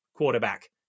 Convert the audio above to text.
quarterback